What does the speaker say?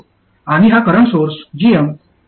आणि हा current source gm आहे